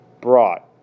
brought